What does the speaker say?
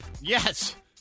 Yes